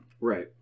Right